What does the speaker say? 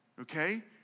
Okay